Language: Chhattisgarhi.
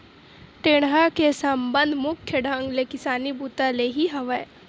टेंड़ा के संबंध मुख्य ढंग ले किसानी बूता ले ही हवय